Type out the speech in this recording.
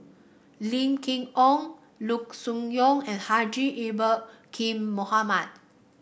Lim Chee Onn Loo Choon Yong and Haji Ya'acob Kin Mohamed